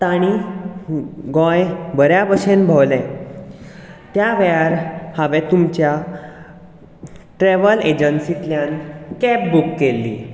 तांणी गोंय बऱ्या भशेन भोंवले त्या वेळार हांवें तुमच्या ट्रॅवल एजंसितल्यान कॅब बूक केल्ली